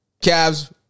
Cavs